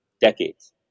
decades